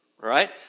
right